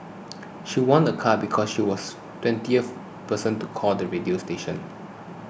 she won a car because she was twentieth person to call the radio station